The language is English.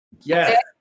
Yes